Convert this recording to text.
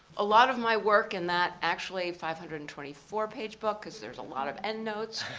a lot of my work in that, actually five hundred and twenty four page book, cause there's a lot of end notes,